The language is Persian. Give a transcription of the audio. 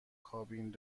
کابین